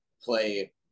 play